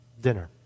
dinner